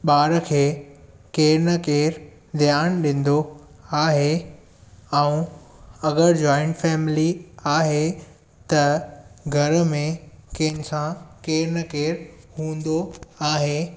ॿार खे केरु न केरु ध्यानु ॾींदो आहे ऐं अगरि जॉइंट फैमिली आहे त घर में कंहिं सां केरु न केरु हूंदो आहे